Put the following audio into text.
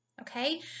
okay